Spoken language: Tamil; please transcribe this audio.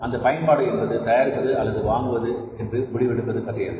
அந்த பயன்பாடு என்பது தயாரிப்பது அல்லது வாங்குவது என்று முடிவெடுப்பது பற்றியது